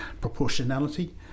Proportionality